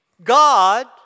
God